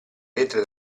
lettere